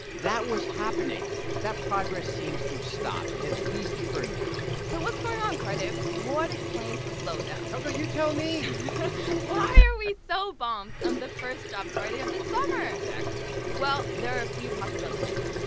that was happening, but that progress seems to have stopped at least for now so what's going on, cardiff? what explains the slowdown? coco, you tell me why are we so bummed on the first jobs friday of the summer? exactly well, there are a few possibilities.